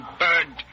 bird